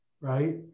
right